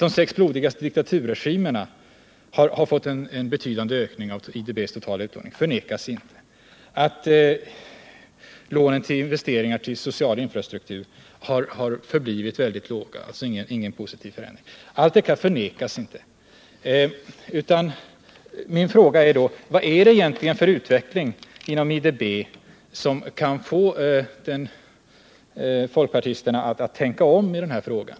De sex blodigaste diktaturregimerna har fått en betydande ökning av IDB:s utlåning. Lånen till investeringar i social infrastruktur har förblivit låga; alltså ingen positiv förändring där. Ingenting av detta förnekas. Min fråga är då: Vad är det egentligen för utveckling inom IDB som kan få folkpartisterna att tänka om i denna fråga?